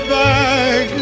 back